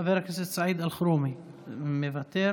חבר הכנסת סעיד אלחרומי, מוותר.